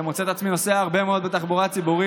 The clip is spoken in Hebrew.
ואני מוצא את עצמי נוסע הרבה מאוד בתחבורה הציבורית,